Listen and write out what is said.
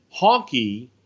honky